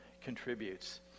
contributes